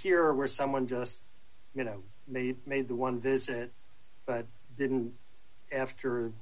here where someone just you know they made the one visit but didn't after